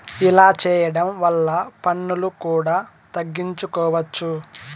ఇలా చేయడం వల్ల పన్నులు కూడా తగ్గించుకోవచ్చు